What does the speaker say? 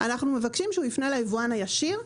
הוא יפנה ליבואן הישיר,